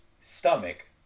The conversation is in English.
stomach